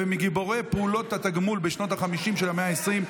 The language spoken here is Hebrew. ומגיבורי פעולות התגמול בשנות החמישים של המאה ה-20,